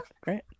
great